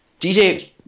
DJ